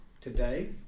Today